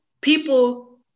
people